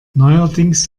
neuerdings